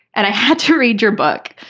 and i had to read your book.